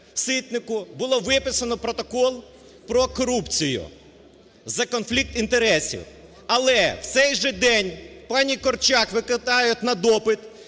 Ситнику було виписано протокол про корупцію за конфлікт інтересів. Але у цей же день пані Корчак викликають на допит